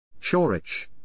Chorich